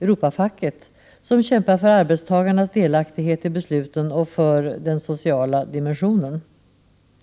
Europafacket, som kämpar för arbetstagarnas delaktighet i besluten och för ”den sociala dimensionen”.